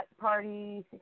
Party